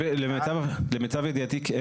למיטב ידיעתי,